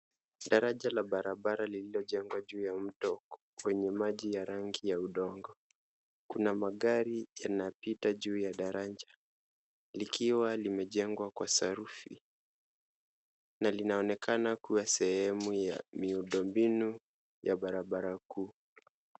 Daraja la barabara lililojengwa juu ya mto uko kwenye maji ya rangi ya udongo. Kuna magari yanapita juu ya daraja likiwa limejengwa kwa sarufi na linaonekana kuwa sehemu ya miundo mbinu ya barabara kuu.